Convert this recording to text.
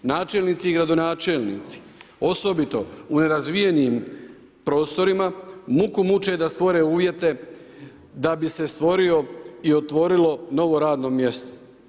Načelnici i gradonačelnici osobito u nerazvijenim prostorima muku muče da stvore uvjete da bi se stvorio i otvorilo novo radno mjesto.